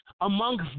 amongst